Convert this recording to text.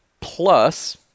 plus